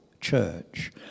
church